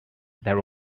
that